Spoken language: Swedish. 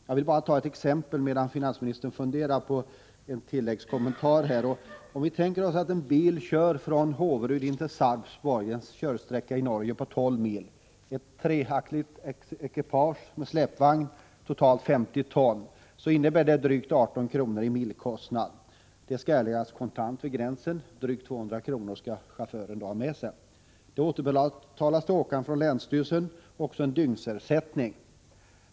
Jag vill bara ta ett exempel medan finansministern funderar på en tilläggskommentar. Om vi tänker oss att en bil kör från Håverud till Sarpsborg, en körsträcka på 12 mil i Norge, med ett treaxlat ekipage med släpvagn, totalvikt 50 ton, innebär det drygt 18 kr. i milkostnad. Ungefär 200 kr. skall chauffören erlägga kontant vid gränsen. Från länsstyrelsen återbetalas till åkaren en dygnsersättning.